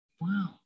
Wow